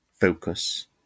Focus